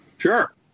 Sure